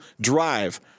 drive